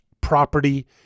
property